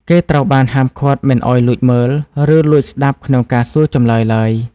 គេត្រូវបានហាមឃាត់មិនឱ្យលួចមើល ឬលួចស្តាប់ក្នុងការសួរចម្លើយឡើយ។